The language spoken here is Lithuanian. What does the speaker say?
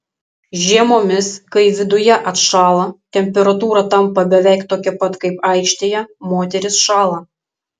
žiemomis kai viduje atšąla temperatūra tampa beveik tokia pat kaip aikštėje moterys šąla